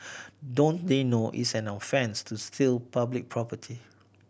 don't they know it's an offence to steal public property